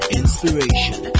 inspiration